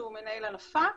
שהוא מנהל הנפה,